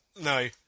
No